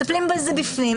מטפלים בזה בפנים.